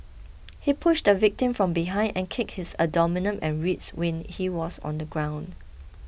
he pushed the victim from behind and kicked his and ribs when he was on the ground